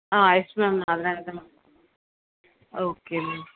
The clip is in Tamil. ஆ எஸ் மேம் அதனால தான் மேம் ஓகே மேம்